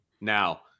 Now